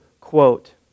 quote